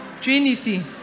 trinity